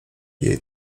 jej